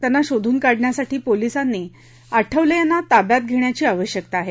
त्यांना शोधून काढण्यासाठी पोलिसांनी जयंत आठवले यांना ताब्यात घेण्याची आवश्यकता आहे